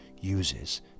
uses